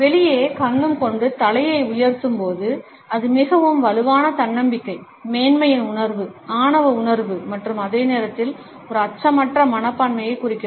வெளியே கன்னம் கொண்டு தலையை உயர்த்தும்போது அது மிகவும் வலுவான தன்னம்பிக்கை மேன்மையின் உணர்வு ஆணவ உணர்வு மற்றும் அதே நேரத்தில் ஒரு அச்சமற்ற மனப்பான்மையைக் குறிக்கிறது